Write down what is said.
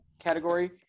category